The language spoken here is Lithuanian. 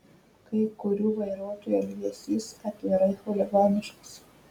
kai kurių vairuotojų elgesys atvirai chuliganiškas